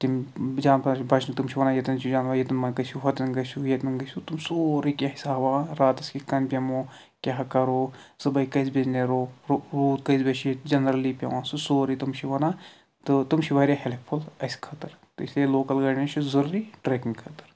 تِم جان بَچ بَچنُک تِم چھِ ونان ییٚتٮ۪ن چھُ جانوَر ییٚتٮ۪ن مہ گٔژھِو ہوتَن گٔژھِو ییٚتٮ۪ن گٔژھِو تِم سورُے کینٛہہ حساب ہاوان راتَس کِتھ کٔنۍ بیٚہمو کیاہ کرو صُبحٲے کٔژِ بَجہِ نیرو روٗد کٔژِ بَجہِ چھِ ییٚتہِ جَنرَلی پٮ۪وان سُہ سورُے تِم چھِ ونان تہٕ تِم چھِ واریاہ ہیلپفُل اَسہِ خٲطر تہٕ اِسلیے لوکَل گایڈٮ۪نٕس چھِ ضوٚروٗری ٹرٛیکِنٛگ خٲطرٕ